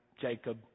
Jacob